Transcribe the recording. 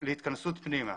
להתכנסות פנימה.